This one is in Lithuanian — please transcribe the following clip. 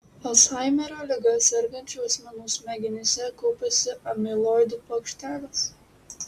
alzheimerio liga sergančių asmenų smegenyse kaupiasi amiloidų plokštelės